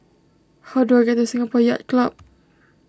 how do I get to Singapore Yacht Club